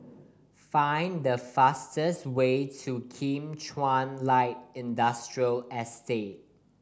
find the fastest way to Kim Chuan Light Industrial Estate